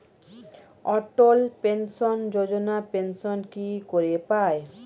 অটল pension Yojana pension কি করে পায়?